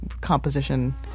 composition